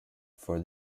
for